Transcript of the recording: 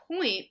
point